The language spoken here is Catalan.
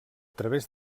través